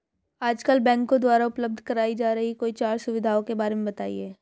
आजकल बैंकों द्वारा उपलब्ध कराई जा रही कोई चार सुविधाओं के बारे में बताइए?